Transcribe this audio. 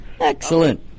Excellent